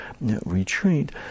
retreat